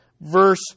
verse